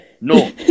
no